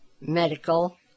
medical